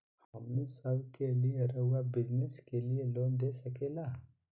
हमने सब के लिए रहुआ बिजनेस के लिए लोन दे सके ला?